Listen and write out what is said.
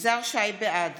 בעד